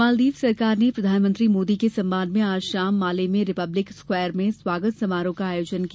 मालदीव सरकार ने प्रधानमंत्री मोदी के सम्मान में आज शाम माले में रिपब्लिक स्क्वेयर में स्वागत समारोह का आयोजन किया